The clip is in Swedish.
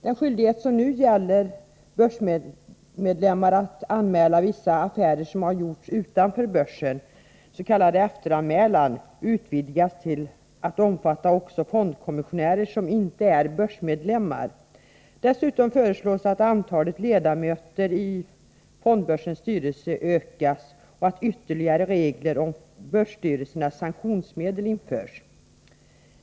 Den skyldighet som nu gäller för börsmedlemmar att anmäla vissa affärer som gjorts utanför börsen, s.k. efteranmälan, utvidgas till att omfatta också fondkommissionärer som inte är börsmedlemmar. Dessutom föreslås att antalet ledamöter i fondbörsens styrelse ökas och att ytterligare regler om börsstyrelsens sanktionsmedel införs.